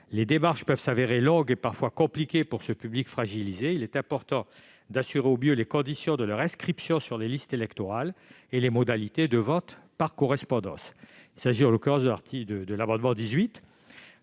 Les démarches peuvent se révéler longues et parfois compliquées pour ces publics fragilisés. Il est important d'assurer au mieux les conditions de leur inscription sur les listes électorales et les modalités de vote par correspondance. L'amendement n° 19